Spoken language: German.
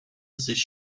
sich